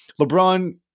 LeBron